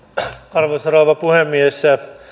arvoisa rouva puhemies